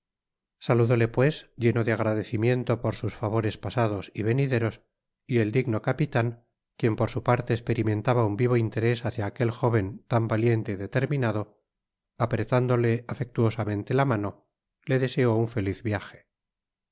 saludóte pues lleno de agradecimiento por sus favo res pasados y venideros y el digno capitan quien por su parle esperimentaba ud vivo interés hacia aquel jóven tan valiente y determinado apretándole afectuosamente la mano le deseó un feliz viaje